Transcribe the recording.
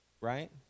right